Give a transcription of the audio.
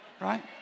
right